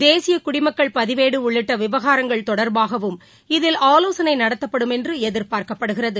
தேசிய குடிமக்கள் பதிவேடு உள்ளிட்ட விவகாரங்கள் தொடர்பாகவும் இதில் ஆலோசனை நடத்தப்படும் என்று எதிர்பார்க்கப்படுகிறது